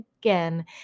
again